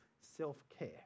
self-care